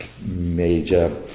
major